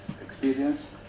experience